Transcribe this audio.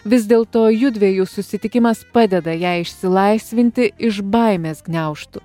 vis dėl to jųdviejų susitikimas padeda jai išsilaisvinti iš baimės gniaužtų